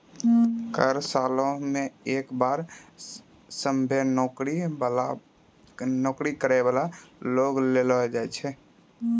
कर सालो मे एक बार सभ्भे नौकरी करै बाला लोगो से लेलो जाय छै